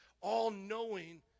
all-knowing